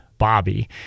Bobby